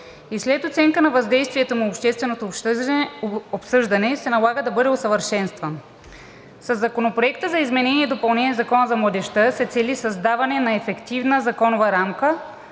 и след оценка на въздействието му на общественото обсъждане се налага да бъде усъвършенстван. Със Законопроекта за изменение и допълнение на Закона за младежта се цели създаване на ефективна законова рамка